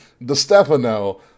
DeStefano